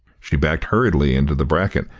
she backed hurriedly into the bracken,